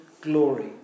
glory